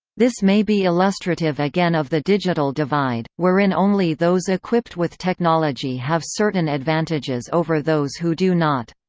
this may be illustrative again of the digital divide, wherein only those equipped with technology have certain advantages over those who do not.